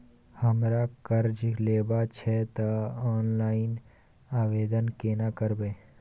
हमरा कर्ज लेबा छै त इ ऑनलाइन आवेदन केना करबै?